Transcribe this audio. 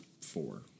four